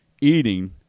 eating